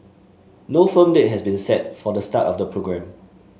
no firm date has been set for the start of the programme